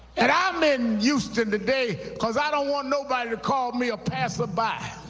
and i'm in houston today because i don't want nobody to call me a passerby.